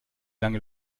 lange